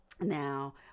now